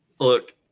Look